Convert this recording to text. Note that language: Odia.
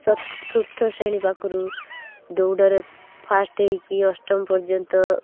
ଚତୁର୍ଥ ଶ୍ରେଣୀ ପାଖରୁ ଦୌଡ଼ରେ ଫାଷ୍ଟ ହେଇକି ଅଷ୍ଟମ ପର୍ଯ୍ୟନ୍ତ